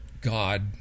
God